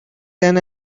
than